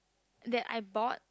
that I bought